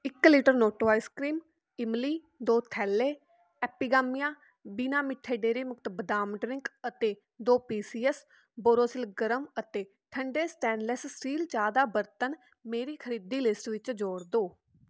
ਇੱਕ litre Noto ice cream ਇਮਲੀ ਦੋ ਥੈਲੈ ਐਪੀਗਾਮੀਆ ਬਿਨਾਂ ਮਿੱਠੇ ਡੇਅਰੀ ਮੁਕਤ ਬਦਾਮ ਡਰਿੰਕ ਅਤੇ ਦੋ ਪੀ ਸੀ ਐੱਸ ਬੋਰੋਸਿਲ ਗਰਮ ਅਤੇ ਠੰਡੇ ਸਟੈਨਲੈਸ ਸਟੀਲ ਚਾਹ ਦਾ ਬਰਤਨ ਮੇਰੀ ਖਰੀਦੀ ਲਿਸਟ ਵਿੱਚ ਜੋੜ ਦਿਉ